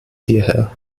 hierher